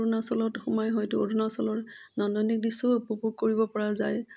অৰুণাচলত সোমাই হয়তো অৰুণাচলৰ নন্দনিক দৃশ্য উপভোগ কৰিবপৰা যায়